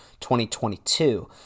2022